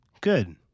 Good